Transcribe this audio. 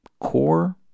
core